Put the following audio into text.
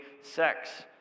sex